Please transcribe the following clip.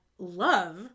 Love